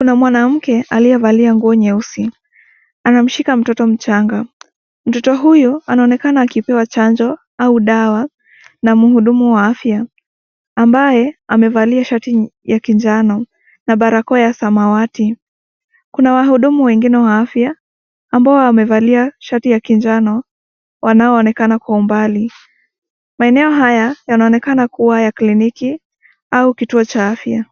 Kuna mwanamke aliyevalia nguo nyeusi , anamshika mtoto mchanga . Mtoto huyu anaonekana akipewa chanjo au dawa na mhudumu wa afya ambaye amevalia shati ya kinjano na barakoa ya samawati . Kuna wahudumu wengine wa afya ambao wamevalia shati ya kinjano wanaoenakana kwa umbali . Maeneo haya yanaonekana kuwa ya kliniki au kituo cha afya.